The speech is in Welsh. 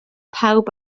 pawb